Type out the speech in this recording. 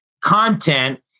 content